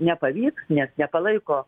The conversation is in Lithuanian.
nepavyks nes nepalaiko